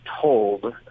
told